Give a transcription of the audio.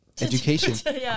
Education